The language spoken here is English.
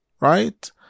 right